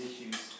issues